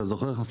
אתה זוכר,